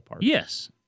Yes